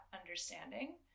understanding